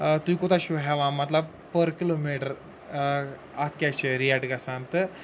تُہۍ کوٗتاہ چھُو ہٮ۪وان مطلب پٔر کِلوٗمیٖٹر اَتھ کیٛاہ چھِ ریٹ گژھان تہٕ